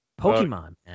Pokemon